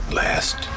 last